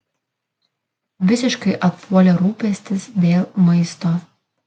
visiškai atpuolė rūpestis dėl maisto